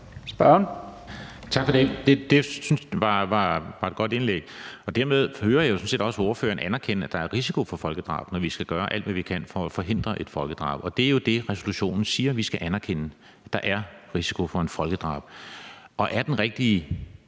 (RV): Tak for det. Det synes jeg var et godt indlæg. Og dermed hører jeg jo sådan set også ordføreren anerkende, at der er risiko for folkedrab, men at vi skal gøre alt, hvad vi kan, for at forhindre et folkedrab. Og det er jo det, resolutionen siger vi skal anerkende – at der er risiko for et folkedrab. Og er den rigtige